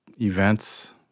events